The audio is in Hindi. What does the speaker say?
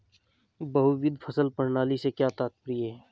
बहुविध फसल प्रणाली से क्या तात्पर्य है?